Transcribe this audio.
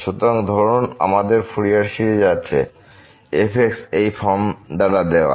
সুতরাং ধরুন আমাদের ফুরিয়ার সিরিজ আছে f এই ফর্ম দ্বারা দেওয়া